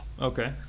okay